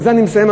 ובזה אני מסיים,